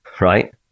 right